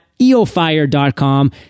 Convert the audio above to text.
eofire.com